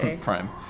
Prime